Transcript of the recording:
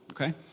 Okay